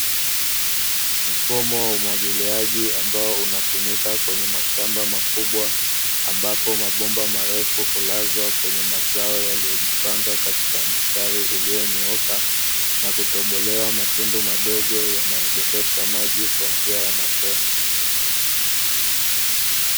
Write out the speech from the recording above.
Mfumo wa umwagiliaji ambao unatumika kwenye mashamba makubwa, ambapo mabomba marefu hulazwa kwenye mazao yaliyojipanga katika mistari iliyonyooka, na kutobolewa matundu madogo yanayodondosha maji kwa njia ya matone.